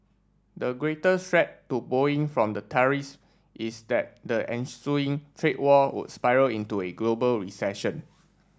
the greater threat to Boeing from the tariffs is that the ensuing trade war would spiral into a global recession